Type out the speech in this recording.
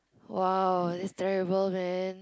!wow! that's terrible man